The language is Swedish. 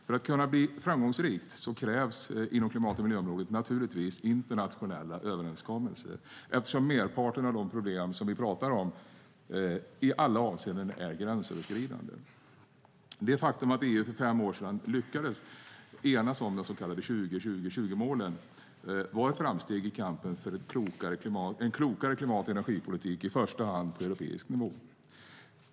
För att kunna bli framgångsrik inom klimat och miljöområdet krävs naturligtvis internationella överenskommelser, eftersom merparten av de problem vi talar om i alla avseenden är gränsöverskridande. Det faktum att EU för fem år sedan lyckades enas om de så kallade 20-20-20-målen var ett framsteg i kampen för en klokare klimat och energipolitik, i första hand på europeisk nivå.